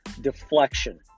deflection